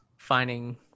finding